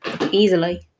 easily